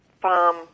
farm